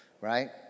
right